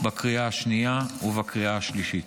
בקריאה השנייה ובקריאה השלישית.